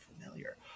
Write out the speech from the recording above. familiar